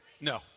No